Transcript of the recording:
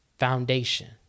foundation